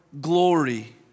glory